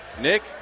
Nick